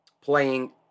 playing